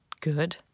good